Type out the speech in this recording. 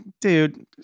dude